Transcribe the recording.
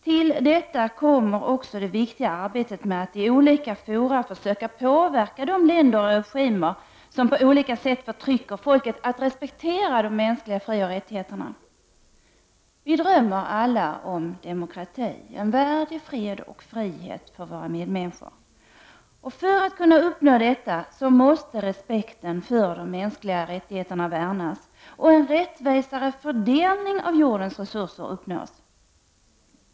Till detta kommer också det viktiga arbetet med att i olika fora försöka påverka de länder och regimer, som på olika sätt förtrycker folket, att respektera de mänskliga frioch rättigheterna. Vi drömmer alla om demokrati, en värld i fred och frihet för våra medmänniskor. För att kunna uppnå detta måste respekten för de mänskliga rättigheterna värnas och en rättvisare fördelning av jordens resurser uppnås.